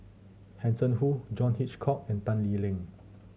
Hanson Ho John Hitchcock and Tan Lee Leng